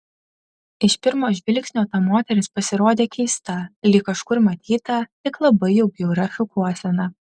iš pirmo žvilgsnio ta moteris pasirodė keista lyg kažkur matyta tik labai jau bjauria šukuosena